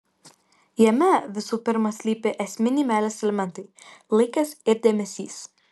jame visų pirma slypi esminiai meilės elementai laikas ir dėmesys